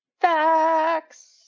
Facts